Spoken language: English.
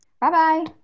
Bye-bye